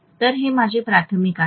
तर हे माझे प्राथमिक आहे